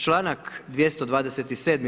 Članak 227.